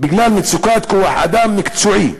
בגלל מצוקת כוח-אדם מקצועי.